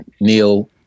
Neil